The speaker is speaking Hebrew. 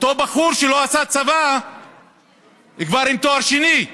ואותו בחור שלא עשה צבא כבר עם תואר שני,